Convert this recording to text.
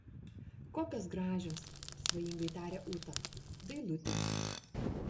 kokios gražios svajingai tarė ūta dailutės